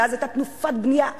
ואז היתה תנופת בנייה אדירה.